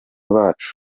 bacu